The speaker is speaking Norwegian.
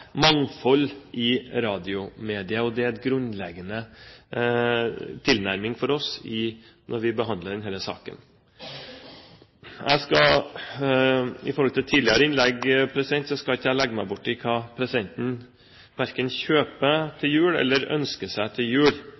mangfold i radiomediet. Det er en grunnleggende tilnærming for oss når vi behandler denne saken. Jeg skal ikke legge meg borti hva presidenten kjøper til jul eller ønsker seg til jul, men nå er det jo langt mer vanlig å få litteratur og lesestoff til jul